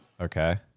okay